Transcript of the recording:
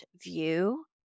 view